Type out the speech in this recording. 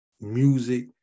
music